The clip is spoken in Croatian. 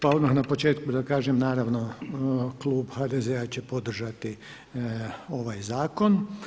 Pa odmah na početku da kažem naravno Klub HDZ-a će podržati ovaj zakon.